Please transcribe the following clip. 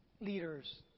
leaders